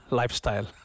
lifestyle